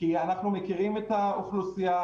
כי אנחנו מכירים את האוכלוסייה.